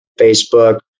Facebook